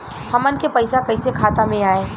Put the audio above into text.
हमन के पईसा कइसे खाता में आय?